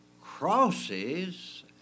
crosses